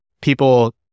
People